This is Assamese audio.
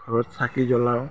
ঘৰত চাকি জ্বলাওঁ